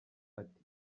ati